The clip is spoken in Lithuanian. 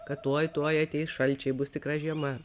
kad tuoj tuoj ateis šalčiai bus tikra žiema